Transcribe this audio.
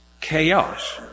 chaos